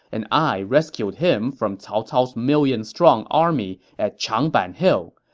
and i rescued him from cao cao's million-strong army at changban hill.